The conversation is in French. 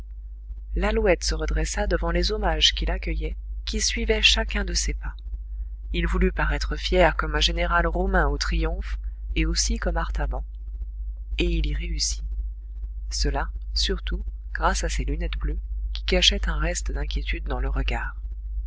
lalouette se redressa devant les hommages qui l'accueillaient qui suivaient chacun de ses pas il voulut paraître fier comme un général romain au triomphe et aussi comme artaban et il y réussit cela surtout grâce à ses lunettes bleues qui cachaient un reste d'inquiétude dans le regard